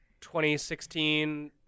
2016